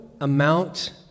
amount